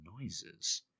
noises